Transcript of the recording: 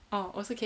orh also can